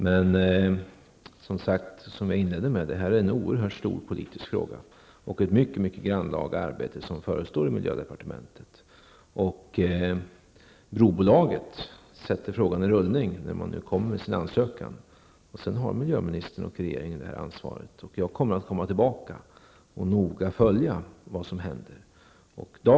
Men som jag sade i inledningen är det här en oerhört stor politisk fråga, och i miljödepartementet förestår ett mycket grannlaga arbete. Brobolaget sätter frågan i rullning när det lämnas en ansökan. Sedan har miljöministern och regeringen ansvaret. Jag kommer noga att följa vad som händer och återkommer.